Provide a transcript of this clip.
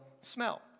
smell